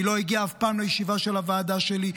היא לא הגיעה אף פעם לישיבה של הוועדה שלי,